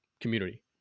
community